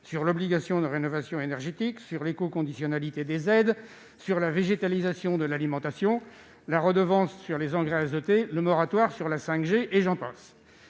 de l'obligation de rénovation énergétique, de l'écoconditionnalité des aides, de la végétalisation de l'alimentation, de la redevance sur les engrais azotés, du moratoire sur la 5G et j'en passe